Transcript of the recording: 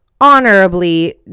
honorably